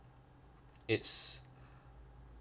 it's